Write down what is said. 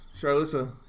Charlissa